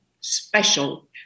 special